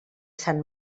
sant